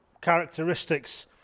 characteristics